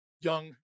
young